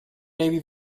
navy